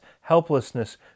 helplessness